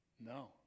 No